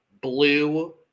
Blue